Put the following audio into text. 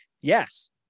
Yes